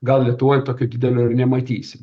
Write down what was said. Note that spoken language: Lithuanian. gal lietuvoj tokio didelio ir nematysi